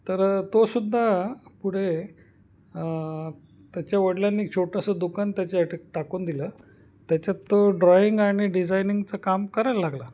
तर तोसुद्धा पुढे त्याच्या वडलांनी छोटंसं दुकान त्याच्यासाठी टाकून दिलं त्याच्यात तो ड्रॉइंग आणि डिझायनिंगचं काम करायला लागला